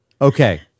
okay